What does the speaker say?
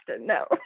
no